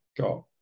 got